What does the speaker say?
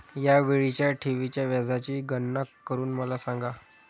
या वेळीच्या ठेवीच्या व्याजाची गणना करून मला सांगा